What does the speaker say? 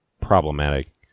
problematic